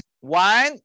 one